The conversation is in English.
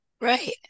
Right